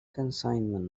consignment